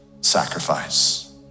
sacrifice